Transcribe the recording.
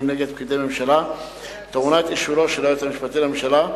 נגד פקידי ממשלה טעונה אישורו של היועץ המשפטי לממשלה.